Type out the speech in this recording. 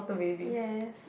yes